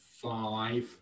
five